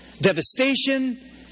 devastation